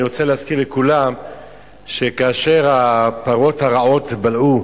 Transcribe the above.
אני רוצה להזכיר לכולם שכאשר הפרות הרעות בלעו